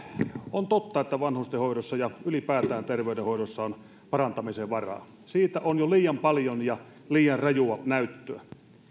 on totta että vanhustenhoidossa ja ylipäätään terveydenhoidossa on parantamisen varaa siitä on jo liian paljon ja liian rajua näyttöä